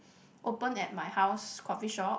open at my house coffee shop